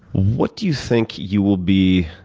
what do you think you will be,